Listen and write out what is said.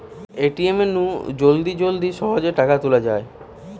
ATM নু জলদি জলদি সহজে টাকা তুলা যায়